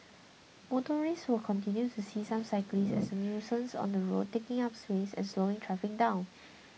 motorists will continue to see some cyclists as a nuisance on the road taking up space and slowing traffic down